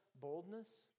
boldness